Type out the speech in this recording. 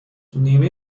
نیمه